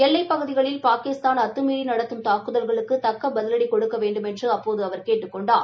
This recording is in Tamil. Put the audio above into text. எல்லைப் பகுதிகளில் பாகிஸ்தான் அத்தமீறி நடத்தம் தாக்குதல்களுக்கு தக்க பதிலடி கொடுக்க வேண்டுமென்று அப்போது கேட்டுக் கொண்டார்